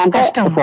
custom